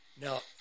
Now